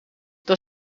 dan